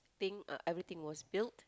think uh everything was built